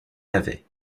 l’avait